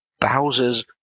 Bowser's